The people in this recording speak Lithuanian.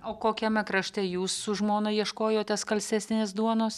o kokiame krašte jūs su žmona ieškojote skalsesnės duonos